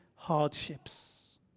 hardships